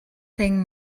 thing